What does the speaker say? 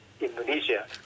Indonesia